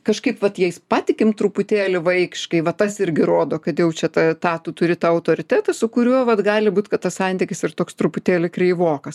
kažkaip vat jais patikim truputėlį vaikiškai va tas irgi rodo kad jau čia tą tą tu turi tą autoritetą su kuriuo vat gali būt kad tas santykis ir toks truputėlį kreivokas